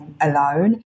alone